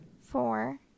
Four